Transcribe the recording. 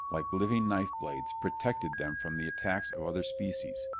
like living knife blades, protected them from the attacks of other species.